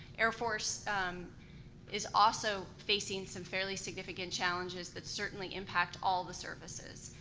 air force is also facing some fairly significant challenges that certainly impact all the services.